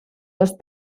dos